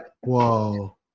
whoa